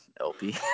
LP